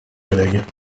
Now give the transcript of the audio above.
collègues